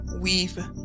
weave